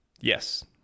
yes